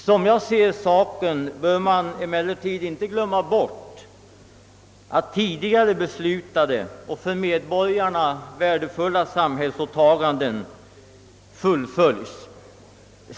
Som jag ser saken bör man emellertid inte förbise det faktum att tidigare beslutade och för medborgarna värdefulla samhällsåtaganden fullföljs.